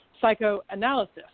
Psychoanalysis